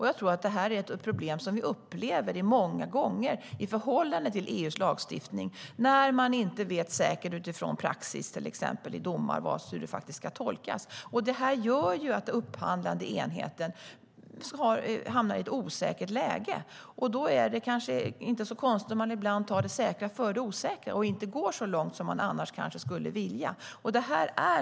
Jag tror att det här är ett problem som vi upplever många gånger i förhållande till EU:s lagstiftning. När man inte vet säkert utifrån till exempel praxis och domar hur det ska tolkas gör det att den upphandlande enheten hamnar i ett osäkert läge, och då är det kanske inte så konstigt om man ibland tar det säkra före det osäkra och inte går så långt som man annars skulle vilja.